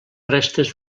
restes